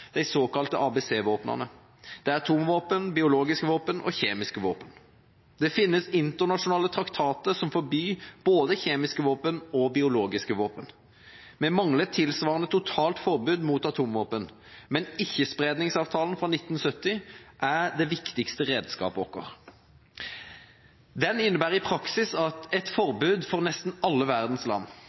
de såkalte ABC-våpnene. Det er atomvåpen, biologiske våpen og kjemiske våpen. Det finnes internasjonale traktater som forbyr både kjemiske våpen og biologiske våpen. Vi mangler et tilsvarende totalt forbud mot atomvåpen, men ikke-spredningsavtalen fra 1970 er det viktigste redskapet vårt. Den innebærer i praksis et forbud for nesten alle verdens land.